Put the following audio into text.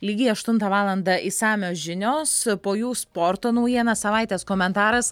lygiai aštuntą valandą išsamios žinios po jų sporto naujienos savaitės komentaras